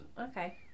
Okay